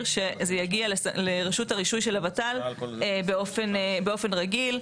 שזה יגיע לרשות הרישוי של הוות"ל באופן רגיל,